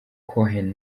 cohen